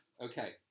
Okay